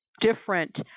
different